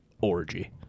orgy